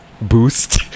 boost